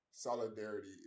Solidarity